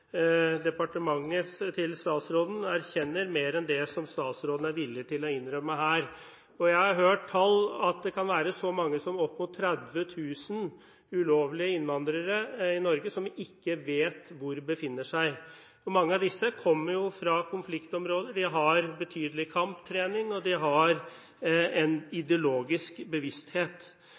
erkjenner mer enn det som statsråden er villig til å innrømme her. Jeg har hørt tall som viser at det kan være så mange som opp mot 30 000 ulovlige innvandrere i Norge som vi ikke vet hvor befinner seg. Mange av disse kommer fra konfliktområder, de har betydelig kamptrening, og de har en ideologisk bevissthet.